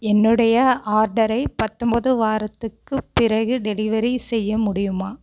என்னுடைய ஆர்டரை பத்தொன்பது வாரத்துக்குப் பிறகு டெலிவரி செய்ய முடியுமா